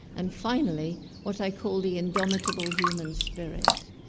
and finally what i call the indomitable human spirit,